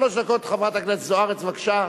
שלוש דקות, חברת הכנסת זוארץ, בבקשה.